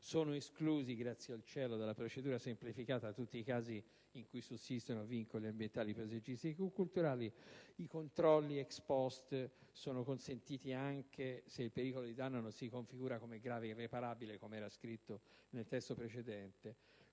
sono esclusi - grazie al cielo - dalla procedura semplificata tutti i casi in cui sussistono vincoli ambientali, paesaggistici e culturali; i controlli *ex post* sono consentiti anche se il pericolo di danno non si configura come grave e irreparabile, come era scritto nel testo precedente.